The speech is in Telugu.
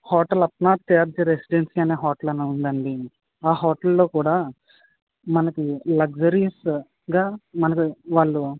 హోటల్ అప్నా తాజ్ రెసిడెన్సీ అనే హోటల్ అని ఉంది అండి ఆ హోటల్లో కూడా మనకి లగ్జరీయస్గా మనకి వాళ్ళు